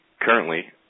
Currently